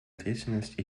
ответственность